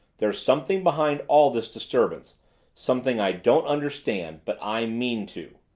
there's something behind all this disturbance something i don't understand. but i mean to.